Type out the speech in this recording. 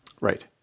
Right